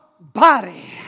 body